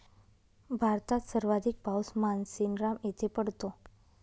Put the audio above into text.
भारतात सर्वाधिक पाऊस मानसीनराम येथे पडतो